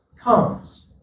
comes